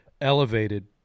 elevated